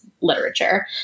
literature